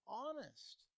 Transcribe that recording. honest